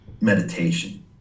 meditation